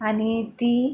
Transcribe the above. आणि ती